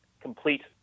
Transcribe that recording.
complete